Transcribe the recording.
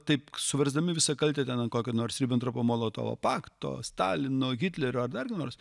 taip suversdami visą kaltę ten ant kokio nors ribentropo molotovo pakto stalino hitlerio ar dar ko nors